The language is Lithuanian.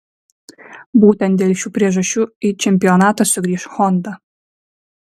būtent dėl šių priežasčių į čempionatą sugrįš honda